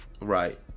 right